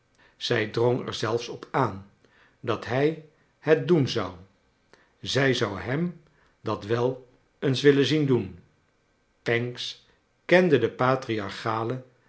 zij drong er zelfs op aan dat hij het doen zou zij zou hem dat wel eens willen zien doen pancks kende de